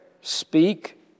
speak